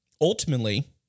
Ultimately